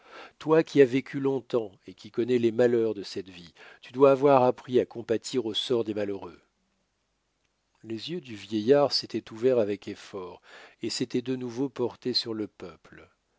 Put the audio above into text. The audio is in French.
toi qui as vécu longtemps et qui connais les malheurs de cette vie tu dois avoir appris à compatir au sort des malheureux les yeux du vieillard s'étaient ouverts avec effort et s'étaient de nouveau portés sur le peuple